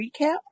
recap